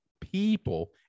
people